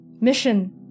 mission